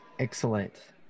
Excellent